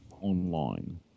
online